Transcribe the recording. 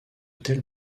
tels